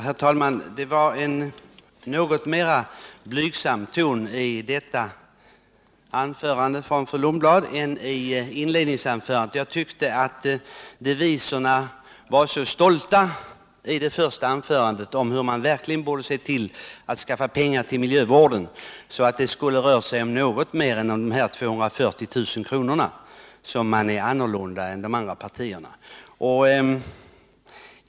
Herr talman! Det var en något mera blygsam ton i fru Lundblads senaste anförande än i inledningsanförandet. Jag tyckte att deviserna var så stolta i det första anförandet, som handlade om hur man verkligen borde se till att skaffa pengar till miljövården, att man hade väntat sig att det skulle röra sig om något mer än de här 240 000 kr. som man överträffar de andra partierna med.